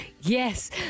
Yes